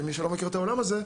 למי שלא מכיר את העולם הזה,